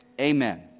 amen